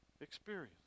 experience